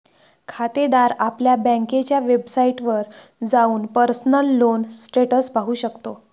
खातेदार आपल्या बँकेच्या वेबसाइटवर जाऊन पर्सनल लोन स्टेटस पाहू शकतो